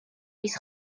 fis